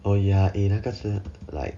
oh ya eh 那个是 like